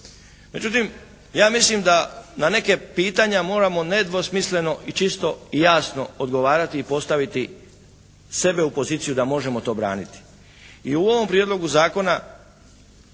Međutim ja mislim da na neka pitanja moramo nedvosmisleno i čisto i jasno odgovarati i postaviti sebe u poziciju da možemo to braniti. I u ovom Prijedlogu zakona